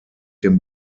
den